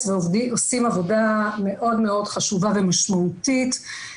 ועושים עבודה מאוד מאוד חשובה ומשמעותית,